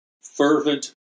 fervent